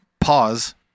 pause